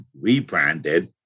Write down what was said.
rebranded